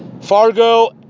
Fargo